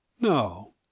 No